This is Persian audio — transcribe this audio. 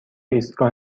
ایستگاه